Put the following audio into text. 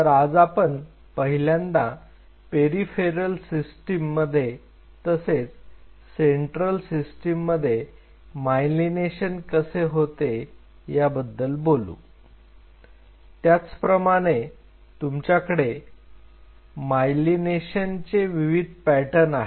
तर आज आपण पहिल्यांदा पेरिफेरल सिस्टीम मध्ये तसेच सेंट्रल सिस्टीम मध्ये मायलिनेशन कसे होते याबद्दल बोलू त्याचप्रमाणे तुमच्याकडे मायलीनेशनचे विविध पॅटर्न आहेत